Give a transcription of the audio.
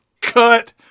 Cut